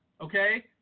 okay